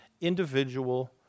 individual